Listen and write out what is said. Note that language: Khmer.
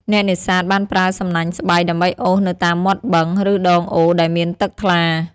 អ្នកនេសាទបានប្រើសំណាញ់ស្បៃ ដើម្បីអូសនៅតាមមាត់បឹង ឬដងអូរដែលមានទឹកថ្លា។